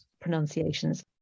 pronunciations